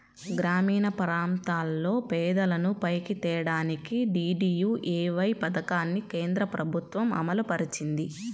గ్రామీణప్రాంతాల్లో పేదలను పైకి తేడానికి డీడీయూఏవై పథకాన్ని కేంద్రప్రభుత్వం అమలుపరిచింది